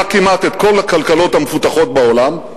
כמעט את כל הכלכלות המפותחות בעולם,